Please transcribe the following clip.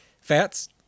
Fats